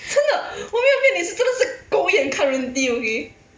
真的我没有骗是真的是狗眼看人低 okay